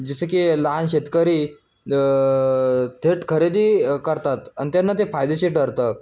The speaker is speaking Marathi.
जसं की लहान शेतकरी थेट खरेदी करतात अन त्यांना ते फायदेशीर ठरतं